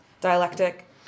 dialectic